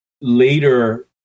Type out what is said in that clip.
Later